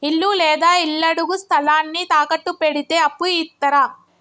ఇల్లు లేదా ఇళ్లడుగు స్థలాన్ని తాకట్టు పెడితే అప్పు ఇత్తరా?